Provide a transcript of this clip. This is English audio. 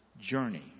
journey